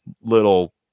little